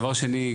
דבר שני,